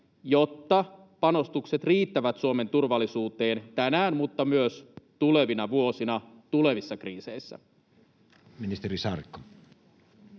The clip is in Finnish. jotta panostukset riittävät Suomen turvallisuuteen tänään mutta myös tulevina vuosina, tulevissa kriiseissä?